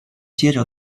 接着